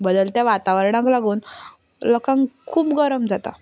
बदलत्या वातावरणाक लागून लोकांक खूब गरम जाता